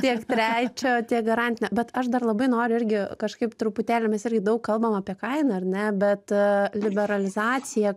tiek trečio tiek garantinio bet aš dar labai noriu irgi kažkaip truputėlį mes irgi daug kalbam apie kainą ar ne bet liberalizacija